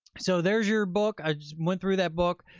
so there's your book. i just went through that book,